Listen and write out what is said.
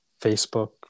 facebook